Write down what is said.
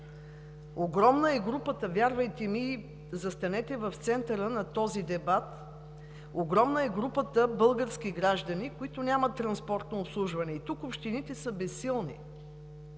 огромна е групата български граждани, които нямат транспортно обслужване, и тук общините са безсилни.